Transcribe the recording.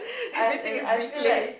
as in I feel like